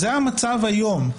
זה המצב היום.